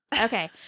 Okay